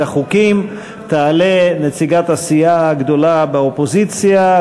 החוקים תעלה נציגת הסיעה הגדולה באופוזיציה,